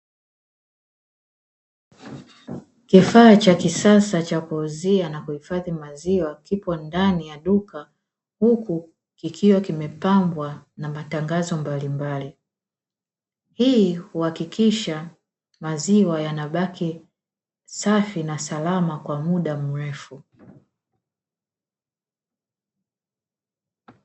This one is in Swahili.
Kifaa cha kisasa cha kuuzia na kuhifadhi maziwa kipo ndani ya duka huku kikiwa kimepambwa na matangazo mbalimbali, hii huhakikisha maziwa yanabaki safi na salama kwa muda mrefu.